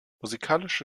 musikalische